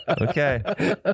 Okay